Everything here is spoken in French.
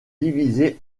divisées